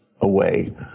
away